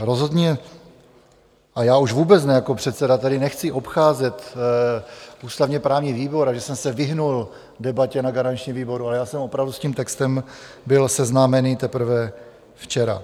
Rozhodně a já už vůbec ne jako předseda tady nechci obcházet ústavněprávní výbor a že jsem se vyhnul debatě na garančním výboru, ale já jsem opravdu s tím textem byl seznámený teprve včera.